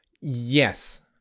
Yes